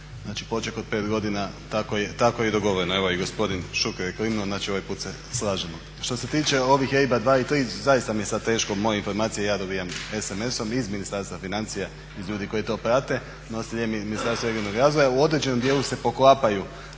Znači poček od 5 godina tako je i dogovoreno, evo i gospodine Šuker je klimnu. Znači ovaj pute se slažemo. Što se tiče ovih EIB-a 2 i 3 zaista mi je sad teško, moje informacije ja dobivam SMS-om iz Ministarstva financija od ljudi koji to prate, no …/Govornik se ne razumije./… Ministarstva regionalnog razvoja. U određenom djelu se poklapaju